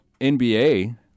NBA